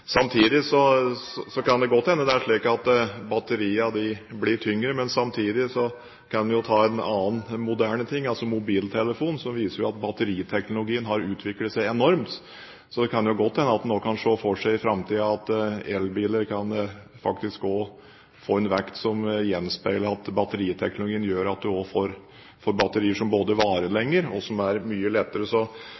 kan godt hende at det er slik at batteriene blir tyngre, men samtidig kan vi jo ta en annen moderne ting, mobiltelefonen, som viser at batteriteknologien har utviklet seg enormt. Det kan jo godt hende at en i framtida kan se for seg at elbiler faktisk kan få en vekt som gjenspeiler at batteriteknologien gjør at en får batterier som både